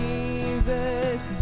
Jesus